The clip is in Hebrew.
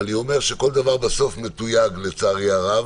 כל דבר בסוף מתויג, לצערי הרב.